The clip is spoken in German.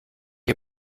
ihr